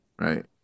right